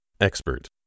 Expert